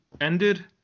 ended